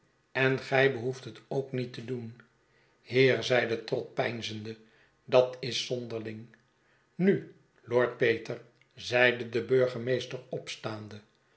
en gij behoeft het ook niet te doen heer zeide trott peinzende dat is zonderlingl nu lord peter zeide de burgemeester opstaande